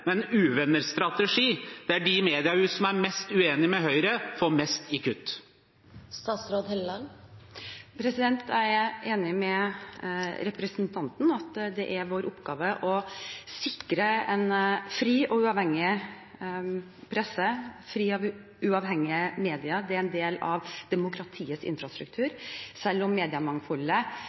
men en uvenner-strategi, der de mediehusene som er mest uenige med Høyre, får størst kutt. Jeg er enig med representanten i at det er vår oppgave å sikre en fri og uavhengig presse. Frie og uavhengige medier er en del av demokratiets infrastruktur. Selv om mediemangfoldet